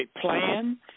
plan